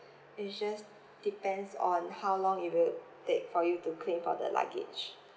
it just depends on how long it will take for you to claim for the luggage